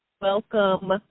welcome